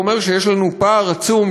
זה אומר שיש לנו פער עצום,